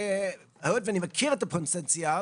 היות ואני מכיר את הפוטנציאל,